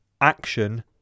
Action